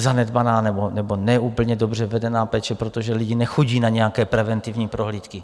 Zanedbaná nebo ne úplně dobře vedená péče, protože lidi nechodí na nějaké preventivní prohlídky.